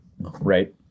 Right